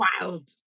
Wild